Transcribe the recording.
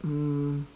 um